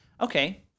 Okay